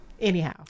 Anyhow